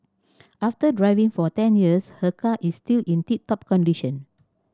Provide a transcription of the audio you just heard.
after driving for ten years her car is still in tip top condition